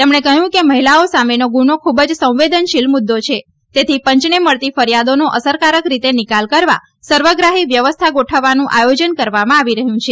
તેમણે કહ્યું કે મહિલાઓ સામેનો ગુનો ખૂબ જ સંવેદનશીલ મુદ્દો છે તેથી પંયને મળતી ફરિયાદોનો અસરકારક રીતે નિકાલ કરવા સર્વગ્રાફી વ્યવસ્થા ગોઠવવાનું આયોજન કરવામાં આવી રહ્યું છે